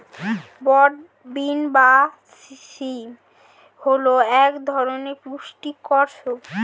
broad bean বা শিম হল এক ধরনের পুষ্টিকর সবজি